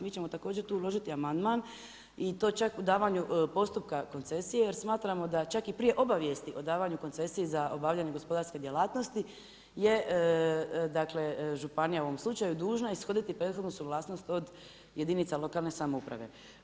Mi ćemo također tu uložiti amandman, i to čak u davanju postupka koncesije jer smatramo da čak i prije obavijesti o davanju koncesije za obavljanje gospodarske djelatnosti je županija u ovom slučaju dužna ishoditi prethodnu suglasnost od jedinica lokalne samouprave.